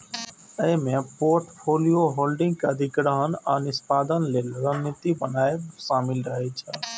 अय मे portfolio holding के अधिग्रहण आ निष्पादन लेल रणनीति बनाएब शामिल रहे छै